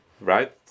right